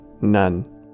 None